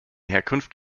herkunft